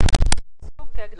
אני מבקש להקריא ולהסביר.